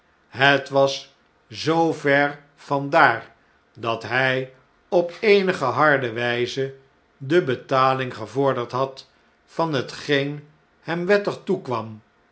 het was zoo ver vandaar dat hy op eenige harde wjjze de betaling gevorderd had van hetgeen hem wettig toekwam